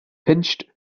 pinched